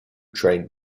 trained